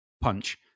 punch